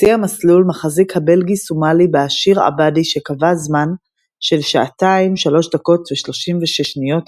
בשיא המסלול מחזיק הבלגי-סומלי באשיר עבדי שקבע זמן של 20336 שעות